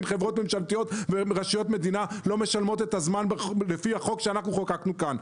חברות ממשלתיות ורשויות מדינה לא משלמות את הזמן לפי החוק שחוקקנו כאן?